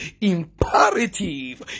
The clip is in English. imperative